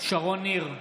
שרון ניר,